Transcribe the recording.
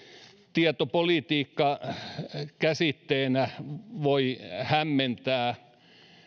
tietopolitiikka käsitteenä voi hämmentää